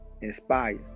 inspire